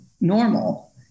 normal